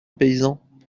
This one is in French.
paysan